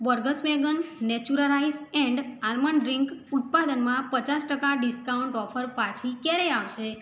Borges vegan Natura rice and almond drink ઉત્પાદનમાં પચાસ ટકા ડિસ્કાઉન્ટ ઓફર પાછી ક્યારે આવશે